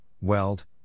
Weld